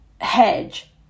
hedge